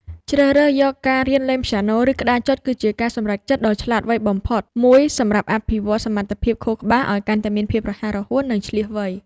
ជ្រើសរើសយកការរៀនលេងព្យ៉ាណូ ឬក្តារចុចគឺជាការសម្រេចចិត្តដ៏ឆ្លាតវៃបំផុតមួយសម្រាប់អភិវឌ្ឍសមត្ថភាពខួរក្បាលឱ្យកាន់តែមានភាពរហ័សរហួន និងឈ្លាសវៃ។